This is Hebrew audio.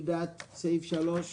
אושר מי בעד סעיף 4?